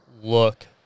look